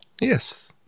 Yes